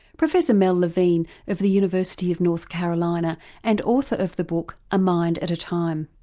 professor mel levine of the university of north carolina and author of the book a mind at a time.